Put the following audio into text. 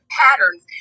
patterns